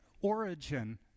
origin